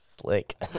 Slick